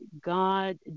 God